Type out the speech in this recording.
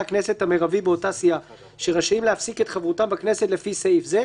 הכנסת המרבי באותה סיעה שרשאים להפסיק את חברותם בכנסת לפי סעיף זה,